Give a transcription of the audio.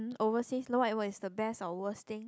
overseas you know what it was it's the best or worst thing